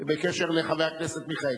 בקשר לחבר הכנסת מיכאלי,